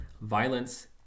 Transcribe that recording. violence